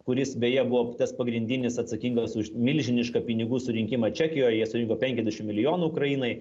kuris beje buvo tas pagrindinis atsakingas už milžinišką pinigų surinkimą čekijoj jie surinko penkiasdešim milijonų ukrainai